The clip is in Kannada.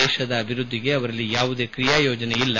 ದೇಶದ ಅಭಿವೃದ್ಧಿಗೆ ಅವರಲ್ಲಿ ಯಾವುದೇ ಕ್ರಿಯಾಯೋಜನೆ ಇಇಲ್ಲ